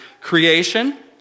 creation